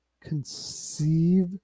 conceive